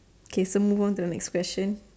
K so move on to the next question